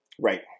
Right